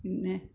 പിന്നെ